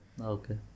Okay